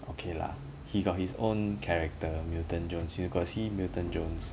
okay lah he got his own character milton jones you got see milton jones